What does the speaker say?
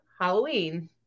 Halloween